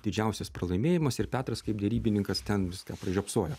didžiausias pralaimėjimas ir petras kaip derybininkas ten viską pražiopsojo